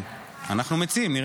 שהוא יהיה יו"ר הוועדה.